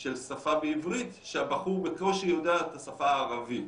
של שפה בעברית כשהבחור בקושי יודע את השפה הערבית.